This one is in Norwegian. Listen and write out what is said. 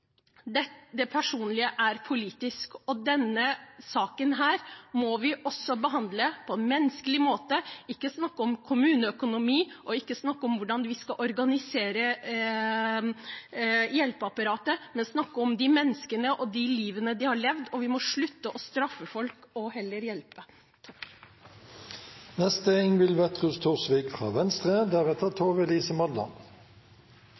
Det personlige er politisk, og denne saken må vi også behandle på menneskelig måte – ikke snakke om kommuneøkonomi og ikke snakke om hvordan vi skal organisere hjelpeapparatet, men snakke om menneskene og de livene de har levd. Vi må slutte å straffe folk, og heller hjelpe.